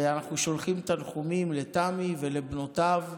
ואנחנו שולחים תנחומים לתמי ולבנותיו.